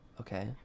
Okay